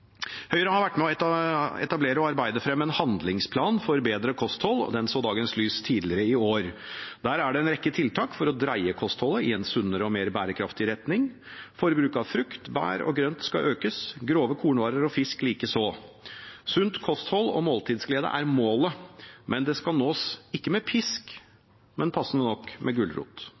Høyre har vært med på å etablere og arbeide frem en handlingsplan for bedre kosthold. Den så dagens lys tidligere i år. Der er det en rekke tiltak for å dreie kostholdet i en sunnere og mer bærekraftig retning. Forbruket av frukt, bær og grønt skal økes, grove kornvarer og fisk likeså. Sunt kosthold og måltidsglede er målet. Det skal ikke nås med pisk, men – passende nok – med